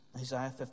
Isaiah